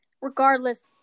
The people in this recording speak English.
regardless